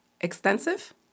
extensive